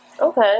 Okay